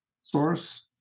source